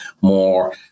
more